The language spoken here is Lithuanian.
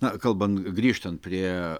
na kalbant grįžtant prie